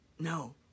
No